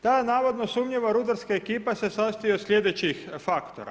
Ta navodno sumnjiva rudarska ekipa se sastoji od sljedećih faktora.